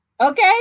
okay